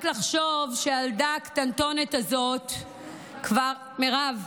רק לחשוב שהילדה הקטנטונת הזו כבר, מירב,